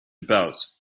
about